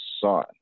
son